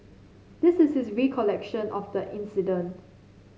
this is his recollection of the incident